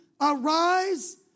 Arise